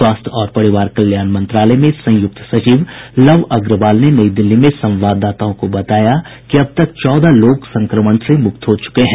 स्वास्थ्य और परिवार कल्याण मंत्रालय में संयुक्त सचिव लव अग्रवाल ने नई दिल्ली में संवाददाताओं को बताया कि अब तक चौदह लोग संक्रमण से मुक्त हो चुके हैं